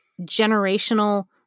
generational